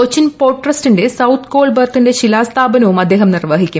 Cochin port ട്രസ്റ്റിന്റെ south coal ബർത്തിന്റെ ശിലാസ്ഥാപനവും അദ്ദേഹം നിർവഹിക്കും